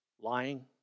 Lying